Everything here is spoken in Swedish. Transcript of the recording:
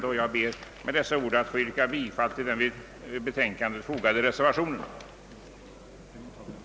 Med det anförda ber jag att få yrka bifall till den vid utskottets betänkande fogade reservationen 1 av herr Yngve Nilsson m.fl.